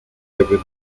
ebony